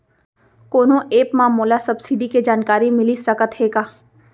कोनो एप मा मोला सब्सिडी के जानकारी मिलिस सकत हे का?